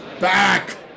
back